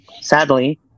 sadly